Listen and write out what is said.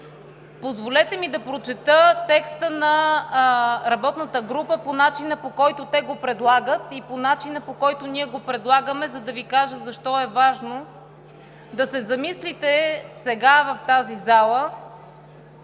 Позволете ми да прочета текста на работната група по начина, по който те го предлагат, и по начина, по който ние го предлагаме, за да Ви кажа защо е важно да се замислите сега в тази зала